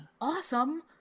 awesome